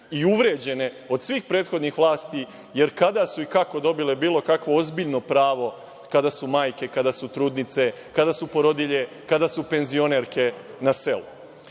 i uvređene od svih prethodnih vlasti, jer kada su i kako dobile bilo kakvo ozbiljno pravo kada su majke, kada su trudnice, kada su porodilje, kada su penzionerke na selu.